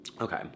Okay